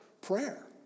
prayer